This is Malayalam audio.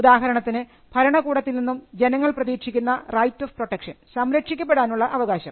ഉദാഹരണത്തിന് ഭരണകൂടത്തിൽ നിന്നും ജനങ്ങൾ പ്രതീക്ഷിക്കുന്ന റൈറ്റ് ഓഫ് പ്രൊട്ടക്ഷൻ സംരക്ഷിക്കപ്പെടാനുഉള്ള അവകാശം